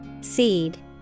Seed